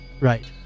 Right